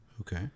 Okay